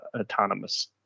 autonomous